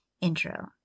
intro